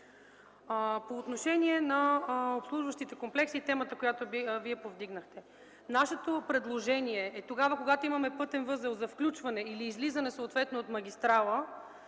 По отношение на обслужващите комплекси и темата, която повдигнахте. Нашето предложение е тогава, когато имаме пътен възел за включване или излизане съответно от магистрала